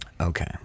Okay